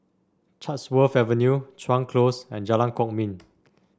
Chatsworth Avenue Chuan Close and Jalan Kwok Min